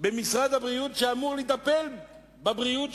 במשרד שאמור לטפל בבריאות העם.